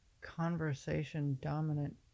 conversation-dominant